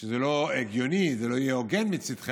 שזה לא הגיוני, זה לא יהיה הוגן מצידכם.